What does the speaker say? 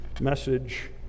message